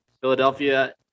Philadelphia